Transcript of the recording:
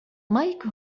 مايك